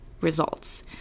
results